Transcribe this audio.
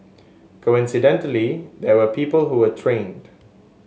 coincidentally there were people who were trained